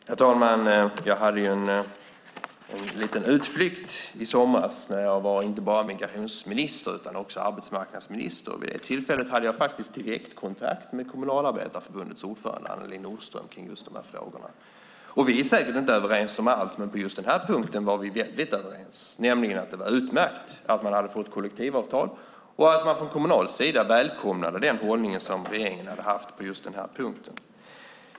Herr talman! Jag hade en liten utflykt i somras när jag var inte bara migrationsminister utan också arbetsmarknadsminister. Vid det tillfället hade jag faktiskt direktkontakt med Kommunalarbetareförbundets ordförande Annelie Nordström kring just dessa frågor. Vi är säkert inte överens om allt, men på just den här punkten var vi väldigt överens, nämligen att det var utmärkt att man hade fått kollektivavtal. Från Kommunals sida välkomnade man den hållning som regeringen hade haft på just den här punkten.